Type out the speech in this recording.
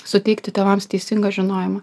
suteikti tėvams teisingą žinojimą